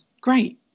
great